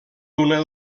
una